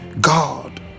God